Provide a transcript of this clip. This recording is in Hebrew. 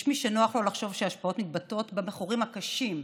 יש מי שנוח לו לחשוב שהשפעות מתבטאות במכורים הקשים,